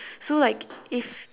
so like if